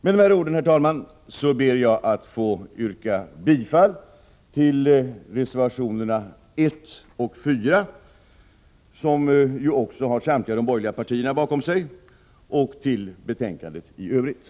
Med dessa ord, herr talman, ber jag att få yrka bifall till reservationerna 1 och 4, som samtliga borgerliga partier ställt sig bakom, och i övrigt till utskottets hemställan.